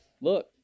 look